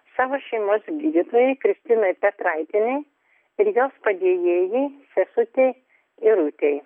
savo šeimos gydytojai kristinai petraitienei ir jos padėjėjai sesutei irutei